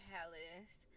Palace